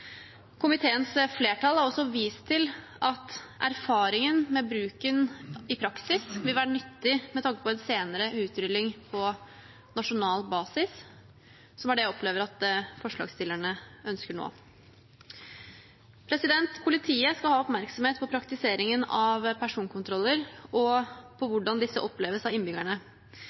Komiteens flertall har også vist til at erfaringen med bruken i praksis vil være nyttig med tanke på et senere utrulling på nasjonal basis, som er det jeg opplever at forslagsstillerne ønsker nå. Politiet skal ha oppmerksomhet på praktiseringen av personkontroller og på hvordan disse oppleves av innbyggerne.